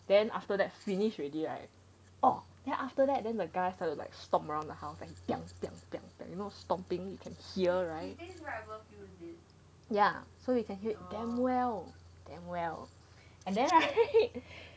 then after that finish already right orh then after that then the guy started like stomp around the house like piang piang piang you know stomping you can hear right ya so you can hear it damn well damn well and then right